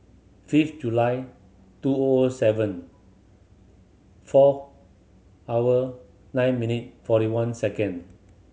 fifth July two O O seven four hour nine minute forty one second